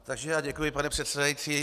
Takže já děkuji, pane předsedající.